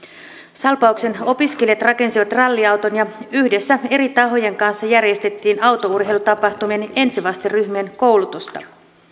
salpauksen opiskelijat rakensivat ralliauton ja yhdessä eri tahojen kanssa järjestettiin autourheilutapahtumien ensivasteryhmien koulutusta